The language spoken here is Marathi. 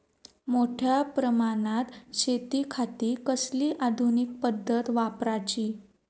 मोठ्या प्रमानात शेतिखाती कसली आधूनिक पद्धत वापराची?